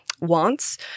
wants